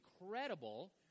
incredible